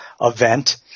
event